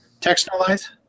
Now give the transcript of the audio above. Textualize